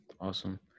Awesome